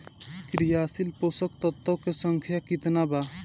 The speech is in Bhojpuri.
क्रियाशील पोषक तत्व के संख्या कितना बा?